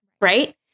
right